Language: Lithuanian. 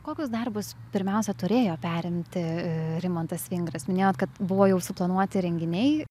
kokius darbus pirmiausia turėjo perimti rimantas vingras minėjot kad buvo jau suplanuoti renginiai